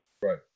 Right